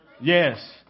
Yes